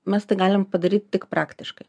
mes tai galie padaryt tik praktiškai